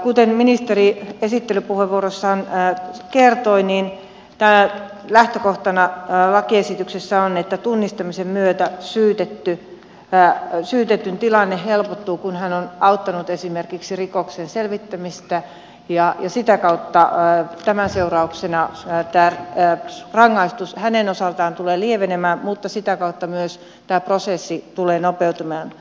kuten ministeri esittelypuheenvuorossaan kertoi niin lähtökohtana lakiesityksessä on että tunnustamisen myötä syytetyn tilanne helpottuu kun hän on auttanut esimerkiksi rikoksen selvittämistä ja sitä kautta tämän seurauksena rangaistus hänen osaltaan tulee lievenemään mutta sitä kautta myös tämä prosessi tulee nopeutumaan